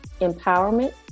empowerment